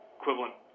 equivalent